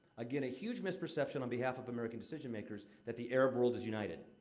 again, a huge misperception on behalf of american decision-makers that the arab world is united.